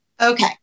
Okay